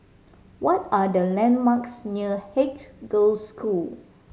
what are the landmarks near Haigs Girls' School